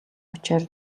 учир